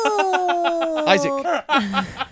Isaac